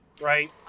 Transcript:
right